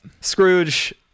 Scrooge